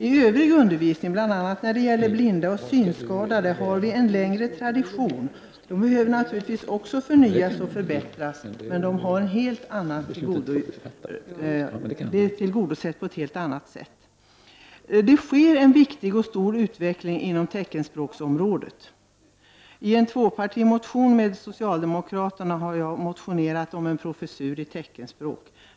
I övrig undervisning, bl.a. när det gäller blinda och synskadade, har vi en längre tradition. De behöver naturligtvis förbättras, men det behovet är på ett helt annat sätt tillgodosett, Det pågår en viktig och genomgripande utveckling inom teckenspråksområdet. I en tvåpartimotion tillsammans med socialdemokraterna har jag motionerat om en professur i teckenspråk.